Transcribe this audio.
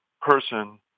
person